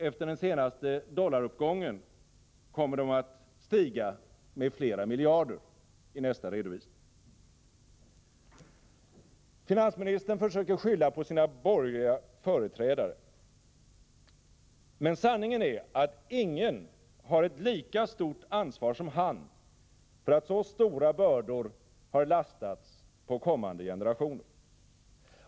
Efter den senaste dollaruppgången kommer de att stiga med flera miljarder i nästa redovisning. Finansministern försöker skylla på sina borgerliga företrädare, men sanningen är att ingen har ett lika stort ansvar som han för att så stora bördor har lastats på kommande generationer.